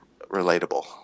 relatable